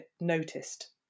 noticed